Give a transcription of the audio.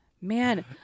Man